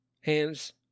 hands